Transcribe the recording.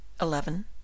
eleven